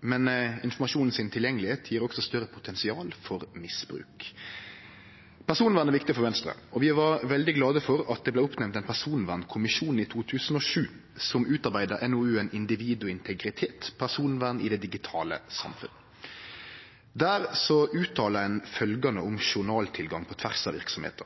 men tilgjengelegheita til informasjonen gjev også større potensial for misbruk. Personvern er viktig for Venstre, og vi var veldig glade for at det i 2007 vart oppnemnt ein personvernkommisjon som utarbeidde NOU-en Individ og integritet. Personvern i det digitale samfunnet. Der uttaler ein følgjande om journaltilgang på tvers av verksemder: